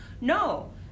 no